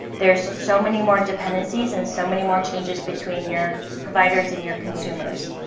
there's so many more dependencies and so many more changes between your providers and your consumers.